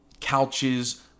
couches